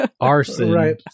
arson